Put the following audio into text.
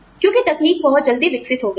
क्योंकि तकनीक बहुत जल्दी विकसित हो गई है